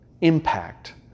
impact